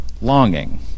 longing